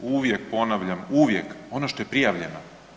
Uvijek ponavljam, uvijek ono što je prijavljeno.